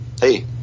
hey